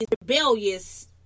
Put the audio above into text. rebellious